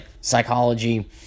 psychology